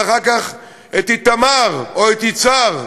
ואחר כך את איתמר או את יצהר.